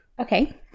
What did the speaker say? Okay